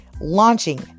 launching